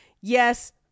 yes